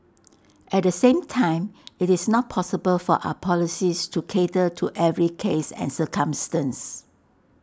at the same time IT is not possible for our policies to cater to every case and circumstance